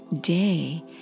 day